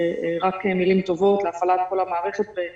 ורק מילים טובות על הפעלת כל המערכת ועל